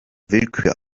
willkür